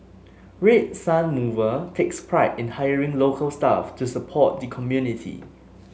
Red Sun Mover takes pride in hiring local staff to support the community